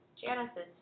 Janice's